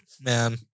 man